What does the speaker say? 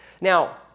now